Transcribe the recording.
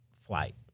flight